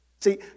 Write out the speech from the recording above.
See